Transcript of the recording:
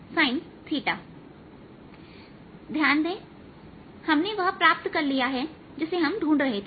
ध्यान दें हमने वह प्राप्त कर लिया है जिसे हम ढूंढ रहे थे